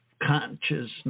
consciousness